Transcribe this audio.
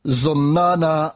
zonana